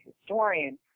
historian